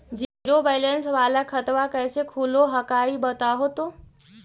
Zero balance वाला खतवा कैसे खुलो हकाई बताहो तो?